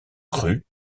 cru